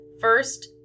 First